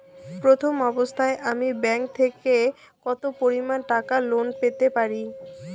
প্রথম অবস্থায় আমি ব্যাংক থেকে কত পরিমান টাকা লোন পেতে পারি?